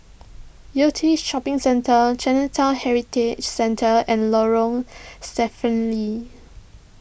Yew Tee Shopping Centre Chinatown Heritage Centre and Lorong Stephen Lee